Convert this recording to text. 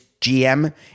GM